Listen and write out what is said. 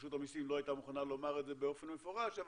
רשות המסים לא הייתה מוכנה לומר את זה באופן מפורש,